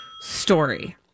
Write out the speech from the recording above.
story